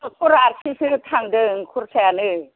सद्थ'र आरसिसो थांदों खरसायानो